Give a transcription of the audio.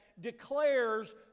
declares